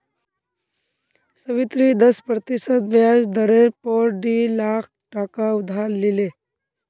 सावित्री दस प्रतिशत ब्याज दरेर पोर डी लाख टका उधार लिले